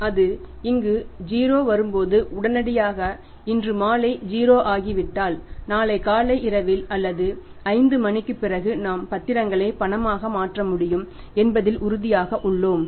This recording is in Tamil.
அது இங்கு 0 வரும்போது உடனடியாக இன்று மாலை 0 ஆகிவிட்டால் நாளை காலை இரவில் அல்லது 5 மணிக்கு பிறகு நாம் பத்திரங்களை பணமாக மாற்ற முடியும் என்பதில் உறுதியாக உள்ளோம்